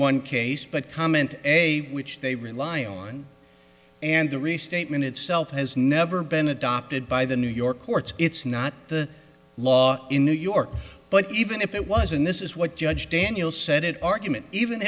one case but comment a which they rely on and the restatement itself has never been adopted by the new york courts it's not the law in new york but even if it was and this is what judge daniel said it argument even